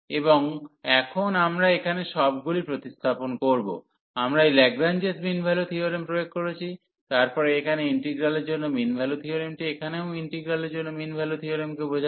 এবং এখন আমরা এখানে সবগুলি প্রতিস্থাপন করব আমরা এই ল্যাগ্রাঞ্জেস মিন ভ্যালু থিওরেম প্রয়োগ করেছি তারপরে এখানে ইন্টিগ্রালের জন্য মিন ভ্যালু থিওরেমটি এখানেও ইন্টিগ্রালের জন্য মিন ভ্যালু থিওরেমকে বোঝায়